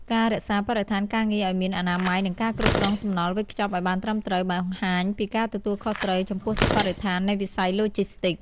ការរក្សាបរិស្ថានការងារឱ្យមានអនាម័យ និងការគ្រប់គ្រងសំណល់វេចខ្ចប់ឱ្យបានត្រឹមត្រូវ បង្ហាញពីការទទួលខុសត្រូវចំពោះបរិស្ថាននៃវិស័យឡូជីស្ទីក។